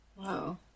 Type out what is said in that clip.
Wow